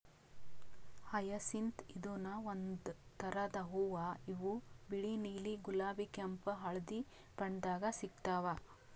hyacinth ಇದೂನು ಒಂದ್ ಥರದ್ ಹೂವಾ ಇವು ಬಿಳಿ ನೀಲಿ ಗುಲಾಬಿ ಕೆಂಪ್ ಹಳ್ದಿ ಬಣ್ಣದಾಗ್ ಸಿಗ್ತಾವ್